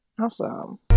Awesome